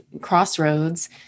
crossroads